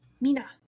Mina